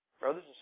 Brothers